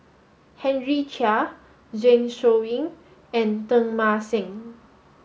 Henry Chia Zeng Shouyin and Teng Mah Seng